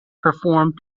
performed